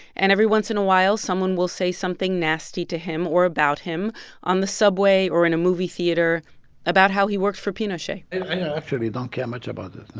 and every once in a while, someone will say something nasty to him or about him on the subway or in a movie theater about how he worked for pinochet i actually don't care much about it.